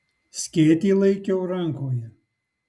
skėtį laikiau rankoje